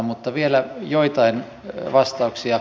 mutta vielä joitain vastauksia